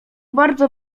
bardzo